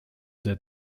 der